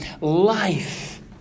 life